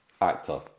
actor